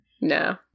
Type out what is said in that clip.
No